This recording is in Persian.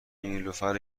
نیلوفر